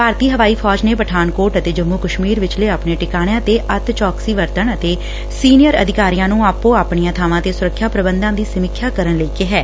ਭਾਰਤੀ ਹਵਾਈ ਫੌਜ ਨੇ ਪਠਾਨਕੋਟ ਅਤੇ ਜੰਮੁ ਕਸ਼ਮੀਰ ਵਿਚਲੇ ਆਪਣੇ ਟਿਕਾਣਿਆਂ ਤੇ ਅੱਤ ਚੌਕਸੀ ਵਰਤਣ ਅਤੇ ਸੀਨੀਅਰ ਅਧਿਕਾਰੀਆਂ ਨੂੰ ਆਪੋ ਆਪਣੀਆਂ ਥਾਵਾਂ ਤੇ ਸੁਰੱਖਿਆ ਪ੍ਰਬੰਧਾਂ ਦੀ ਸਮੀਖਿਆ ਕਰਨ ਲਈ ਕਿਹੈ